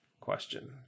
question